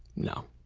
no.